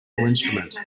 instrument